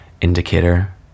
indicator